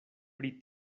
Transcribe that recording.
pri